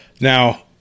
Now